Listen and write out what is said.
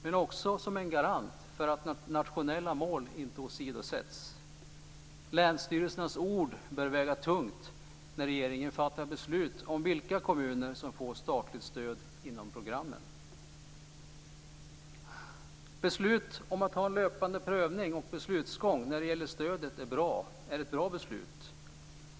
De bör också vara en garant för att nationella mål inte åsidosätts. Länsstyrelsernas ord bör väga tungt när regeringen fattar beslut om vilka kommuner som får statligt stöd inom programmen. Besluten om att ha en löpande prövning och beslutsgång när det gäller stödet är ett bra beslut.